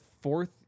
fourth